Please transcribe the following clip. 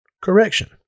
Correction